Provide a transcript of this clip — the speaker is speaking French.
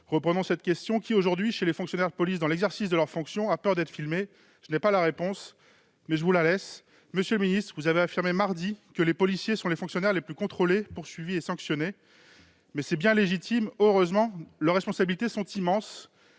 Reprenons cette question : qui, aujourd'hui, chez les fonctionnaires de police dans l'exercice de leurs fonctions, a peur d'être filmé ? Je n'ai pas la réponse. Je vous la laisse, monsieur le ministre ... Mardi, vous avez affirmé que les policiers sont les fonctionnaires les plus contrôlés, poursuivis et sanctionnés. C'est bien légitime et heureux ! Leurs responsabilités sont immenses